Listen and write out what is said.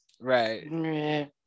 Right